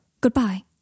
Goodbye